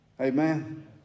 Amen